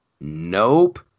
Nope